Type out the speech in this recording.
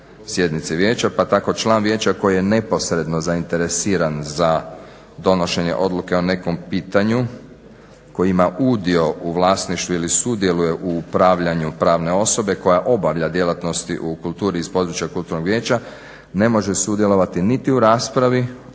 sjednice vijeća pa tako član vijeća koji je neposredno zainteresiran za donošenje odluke o nekom pitanju koji ima udio u vlasništvu ili sudjeluje u upravljanju pravne osobe koja obavlja djelatnosti u kulturi iz područja kulturnog vijeća ne može sudjelovati niti u raspravi